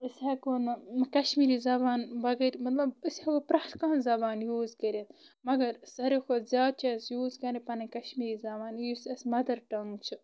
أسۍ ہیکو نہٕ کشمیٖری زبان بغٲر مطلب أسۍ ہیکو پرٛیتھ کانٛہہ زبان یوٗز کٔرِتھ مگر ساروی کھۄتہٕ زیادٕ چھِ أسۍ یوٗز کران پنٕنۍ کشمیٖری زبان یُس اسہِ مدر ٹنگ چھِ